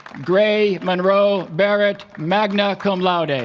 gray monroe barrett magna cum laude and